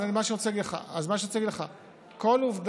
אז מה שאני רוצה להגיד לך הוא כל עובדה